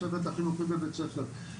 הצוות החינוכי בבית ספר,